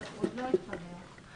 הוא עוד לא התחבר.